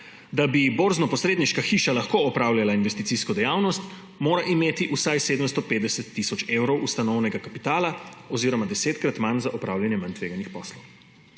Da bi borznoposredniška hiša lahko opravljala investicijsko dejavnost, mora imeti vsaj 750 tisoč evrov ustanovnega kapitala oziroma desetkrat manj za upravljanje manj tveganih poslov.